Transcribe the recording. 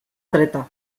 dreta